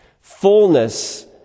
Fullness